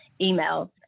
emails